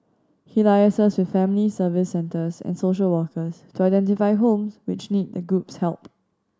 he liaises with family Service Centres and social workers to identify homes which need the group's help